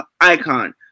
icon